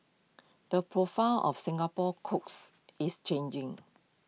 the profile of Singapore's cooks is changing